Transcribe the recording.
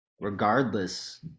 regardless